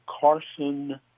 Carson